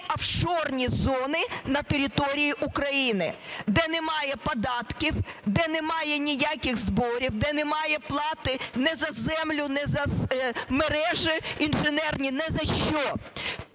офшорні зони на території України, де немає податків, де немає ніяких зборів, де немає плати ні за землю, ні за мережі інженерні, ні за що.